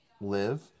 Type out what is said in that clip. live